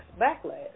backlash